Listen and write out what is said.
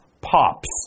Pops